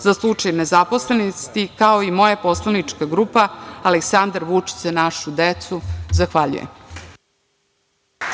za slučaj nezaposlenosti, kao i moja poslanička grupa Aleksandar Vučić – Za našu decu. Zahvaljujem. **Elvira